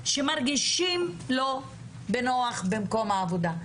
שמרגישים לא בנוח במקום העבודה,